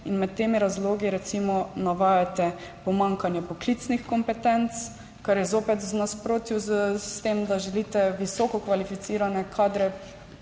Med temi razlogi recimo navajate pomanjkanje poklicnih kompetenc, kar je zopet v nasprotju s tem, da želite visoko kvalificirane kadre